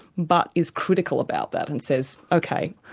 but is critical about that and says, ok,